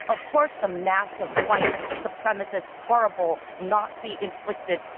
of course the massive white supremacist, horrible nazi-inflicted,